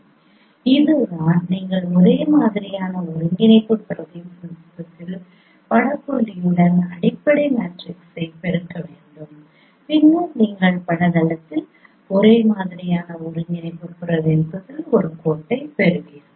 எனவே இதுதான் நீங்கள் ஒரே மாதிரியான ஒருங்கிணைப்பு பிரதிநிதித்துவத்தில் பட புள்ளியுடன் அடிப்படை மேட்ரிக்ஸைப் பெருக்க வேண்டும் பின்னர் நீங்கள் பட தளத்தில் ஒரேவிதமான ஒருங்கிணைப்பு பிரதிநிதித்துவத்தில் ஒரு கோட்டைப் பெறுவீர்கள்